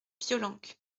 piolenc